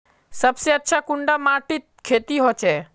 सबसे अच्छा कुंडा माटित खेती होचे?